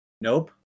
Nope